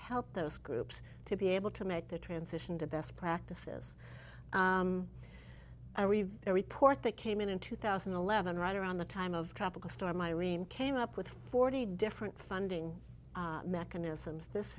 help those groups to be able to make the transition to best practices i read a report that came in in two thousand and eleven right around the time of tropical storm irene came up with forty different funding mechanisms this